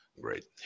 Great